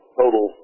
total